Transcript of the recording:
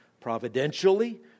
providentially